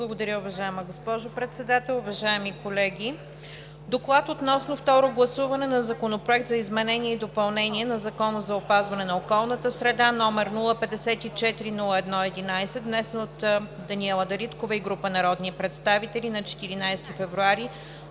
Благодаря. Уважаема госпожо Председател, уважаеми колеги! „Доклад относно второ гласуване на Законопроект за изменение и допълнение на Закона за опазване на околната среда, № 054-01-11, внесен от народния представител Даниела Дариткова и група народни представители на 14 февруари